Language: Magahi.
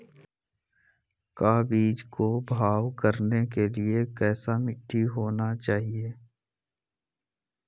का बीज को भाव करने के लिए कैसा मिट्टी होना चाहिए?